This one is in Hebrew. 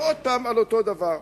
חבל שהוא יחזור עוד פעם על אותו דבר.